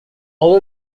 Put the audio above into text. all